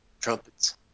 Trumpets